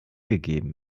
gegeben